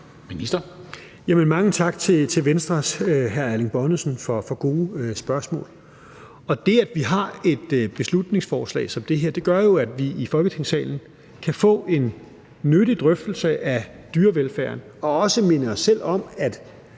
Prehn): Mange tak til Venstres hr. Erling Bonnesen for gode spørgsmål. Det, at vi har et beslutningsforslag som det her, gør jo, at vi i Folketingssalen kan få en nyttig drøftelse af dyrevelfærden og også minde os selv om, at